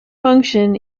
function